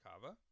kava